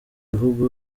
bihugu